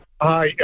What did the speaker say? Hi